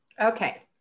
Okay